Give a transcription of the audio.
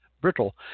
Brittle